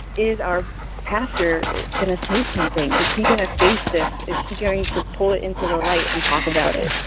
is our pastor going to say something? is he going to face this? is he going to pull it into the light and talk about it?